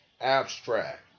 abstract